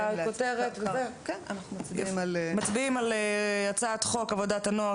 אנחנו מצביעים על תיקון לחוק עבודת הנוער